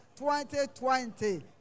2020